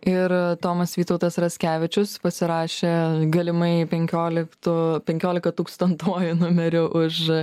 ir tomas vytautas raskevičius pasirašė galimai penkioliktų penkiolika tūkstantuoju numeriu už